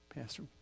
Pastor